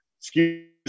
Excuse